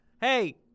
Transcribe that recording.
Hey